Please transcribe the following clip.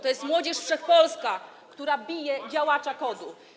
To jest Młodzież Wszechpolska, która bije działacza KOD-u.